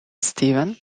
stephen